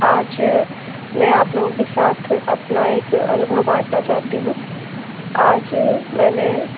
आज मैं आप लोगों के साथ अपना एक अनुभव बाँटना चाहती हूँ आज मैंने